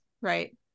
Right